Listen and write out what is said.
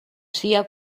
sia